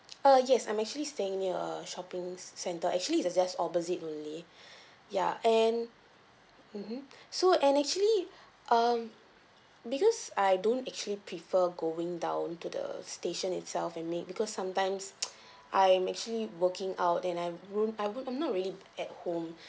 uh yes I'm actually staying in a shopping centre actually is just opposite only ya and mmhmm so and actually um because I don't actually prefer going down to the station itself and make because sometimes I'm actually working out and I'm ro~ I'm I'm not really at home